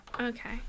okay